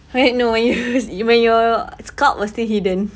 right no use even your scalp was still hidden